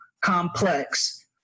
complex